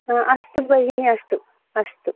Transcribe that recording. हा अस्तु भगिनी अस्तु अस्तु